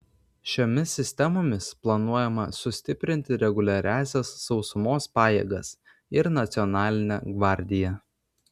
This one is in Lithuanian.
šiomis sistemomis planuojama sustiprinti reguliariąsias sausumos pajėgas ir nacionalinę gvardiją